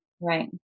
Right